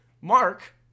Mark